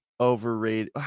overrated